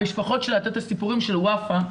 יש סיפורים של וופא,